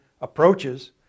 approaches